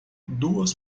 duas